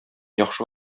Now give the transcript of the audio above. яхшы